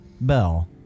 bell